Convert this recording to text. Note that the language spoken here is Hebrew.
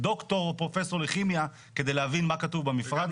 דוקטור או פרופסור לכימיה כדי להבין מה כתוב במפרט.